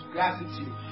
Gratitude